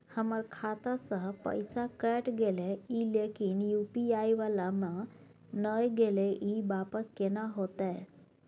हमर खाता स पैसा कैट गेले इ लेकिन यु.पी.आई वाला म नय गेले इ वापस केना होतै?